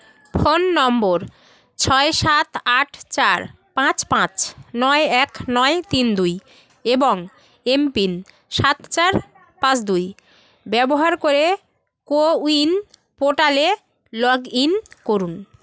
phone number ছয় সাত আট চার পাঁচ পাঁচ নয় এক নয় তিন দুই এবং এমপিন সাত চার পাঁচ দুই ব্যবহার করে কোউইন পোর্টালে লগ ইন করুন